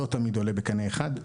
לא תמיד עולה בקנה אחד.